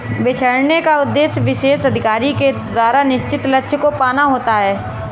बिछड़ने का उद्देश्य विशेष अधिकारी के द्वारा निश्चित लक्ष्य को पाना होता है